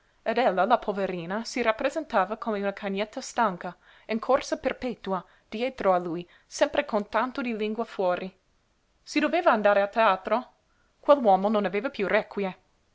ed ella la poverina si rappresentava come una cagnetta stanca in corsa perpetua dietro a lui sempre con tanto di lingua fuori si doveva andare a teatro quell'uomo non aveva piú requie